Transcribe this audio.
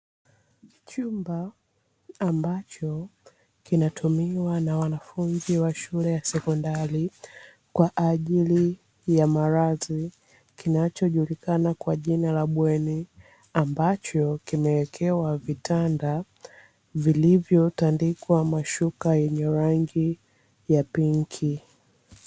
Chumba ambacho kinatumiwa na wanafunzi wa shule ya sekondari kwa ajili ya maradhi, kinachojulikana kwa jina la bweni ambacho kimewekewa vitanda vilivyotandikwa mashuka yenye rangi ya pinki.